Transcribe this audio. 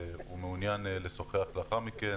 ומעוניין לשוחח לאחר מכן